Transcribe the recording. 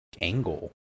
angle